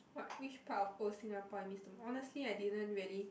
what which part of old Singapore I miss the most obviously I didn't really